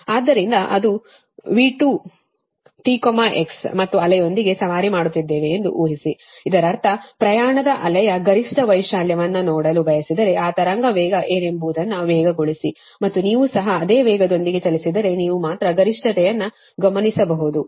ಆದ್ದರಿಂದ ಅದು V2 t x ಮತ್ತು ಅಲೆಯೊಂದಿಗೆ ಸವಾರಿ ಮಾಡುತ್ತಿದ್ದೇವೆ ಎಂದು ಊಹಿಸಿ ಇದರರ್ಥ ಪ್ರಯಾಣದ ಅಲೆಯ ಗರಿಷ್ಠ ವೈಶಾಲ್ಯವನ್ನು ನೋಡಲು ಬಯಸಿದರೆ ಆ ತರಂಗ ವೇಗ ಏನೆಂಬುದನ್ನು ವೇಗಗೊಳಿಸಿ ಮತ್ತು ನೀವು ಸಹ ಅದೇ ವೇಗದೊಂದಿಗೆ ಚಲಿಸಿದರೆ ನೀವು ಮಾತ್ರ ಗರಿಷ್ಠತೆಯನ್ನು ಗಮನಿಸಬಹುದು